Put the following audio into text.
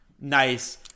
nice